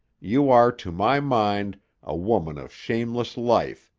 you are to my mind a woman of shameless life,